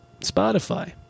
Spotify